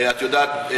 את יודעת,